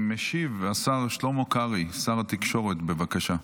משיב השר שלמה קרעי, שר התקשורת, בבקשה.